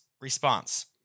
response